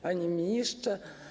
Panie Ministrze!